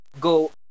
go